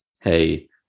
hey